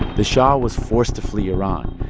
the shah was forced to flee iran.